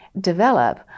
develop